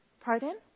Pardon